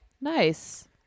Nice